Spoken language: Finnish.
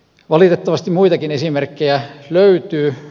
valitettavasti muitakin esimerkkejä löytyy